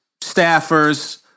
staffers